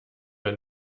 der